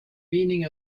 meaning